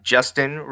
Justin